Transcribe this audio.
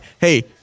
Hey